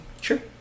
Sure